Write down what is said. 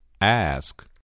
Ask